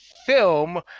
film